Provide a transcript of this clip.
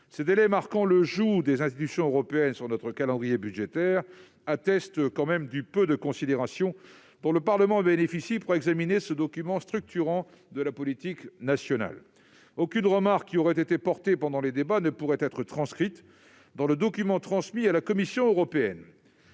Ces délais marquent le joug des institutions européennes sur notre calendrier budgétaire ; ils attestent du peu de considération pour le temps dont le Parlement bénéficie pour examiner ce document structurant de la politique nationale. Au demeurant, aucune remarque formulée pendant les débats ne pourrait être transcrite dans le document transmis à la Commission européenne.